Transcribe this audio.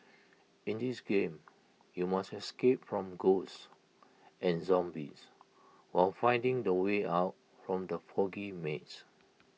in this game you must escape from ghosts and zombies while finding the way out from the foggy maze